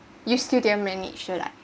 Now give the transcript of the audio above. you still didn‘t managed to like